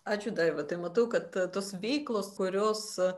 ačiū daiva tai matau kad tos veiklos kurios